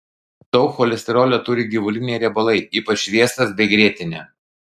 daug cholesterolio turi gyvuliniai riebalai ypač sviestas bei grietinė